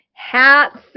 hats